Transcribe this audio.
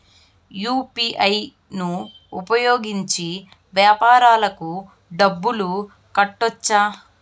UPI ను ఉపయోగించి వ్యాపారాలకు డబ్బులు కట్టొచ్చా?